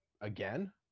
again